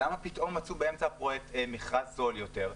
למה פתאום באמצע הפרויקט מצאו מכרז זול יותר?